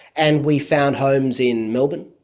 and we found homes in melbourne,